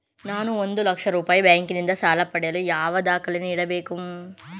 ನಾನು ಒಂದು ಲಕ್ಷ ರೂಪಾಯಿ ಬ್ಯಾಂಕಿನಿಂದ ಸಾಲ ಪಡೆಯಲು ಯಾವ ದಾಖಲೆಗಳನ್ನು ನೀಡಬೇಕು?